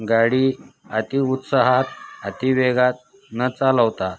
गाडी अति उत्साहात अति वेगात न चालवता